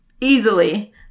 easily